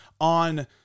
on